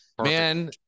man